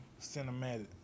cinematic